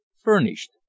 furnished